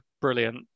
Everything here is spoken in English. brilliant